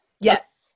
Yes